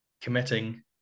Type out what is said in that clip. committing